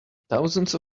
thousands